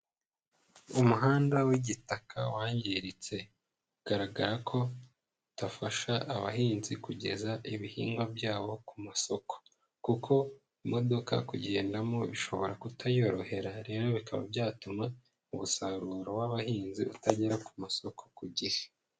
Umuhanda w'igitaka wangiritse, ugaragara ko udafasha abahinzi kugeza ibihingwa byabo ku masoko kuko imodoka ku kugendamo bishobora kutayorohera, rero bikaba byatuma umusaruro w'abahinzi utagera ku masoko ku gihe.